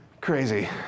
crazy